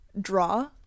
draw